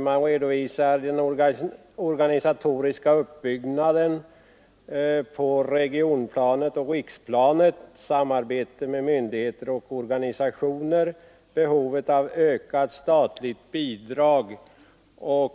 Vi redovisar den organisatoriska uppbyggnaden på regionplanet och riksplanet, samarbetet med myndigheter och organisationer och behovet av ökat statligt bidrag liksom av